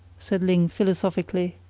said ling philosophically.